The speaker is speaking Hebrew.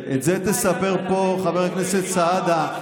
את זה תספר פה, חבר הכנסת סעדה.